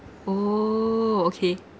oh okay